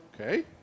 okay